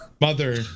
Mother